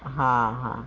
ಹಾಂ ಹಾಂ